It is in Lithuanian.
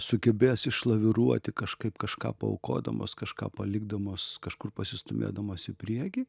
sugebės išlaviruoti kažkaip kažką paaukodamos kažką palikdamos kažkur pasistūmėdamos į priekį